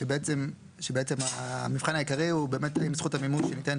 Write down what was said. שבעצם המבחן העיקרי הוא באמת אם זכות המימוש ייתן.